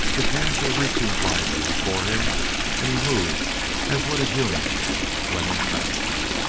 his hands were reaching blindly before him and he moved as would a human when entranced.